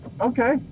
Okay